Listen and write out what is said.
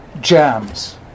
jams